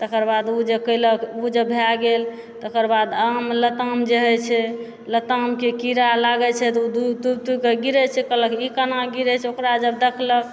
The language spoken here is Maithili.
तकर बाद उ जे कयलक उ जे भए गेल तकर बाद आम लताम जे हइ छै लतामके कीड़ा लागय छै तऽ उ दू तुबि तुबिके गिरय छै कहलक ई केना गिरय छै ओकरा जब देखलक